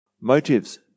motives